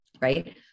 right